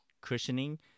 cushioning